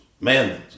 man